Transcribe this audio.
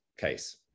case